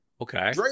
Okay